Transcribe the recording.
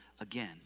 again